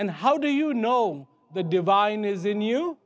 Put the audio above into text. and how do you know the divine is in you